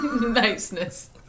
niceness